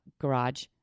garage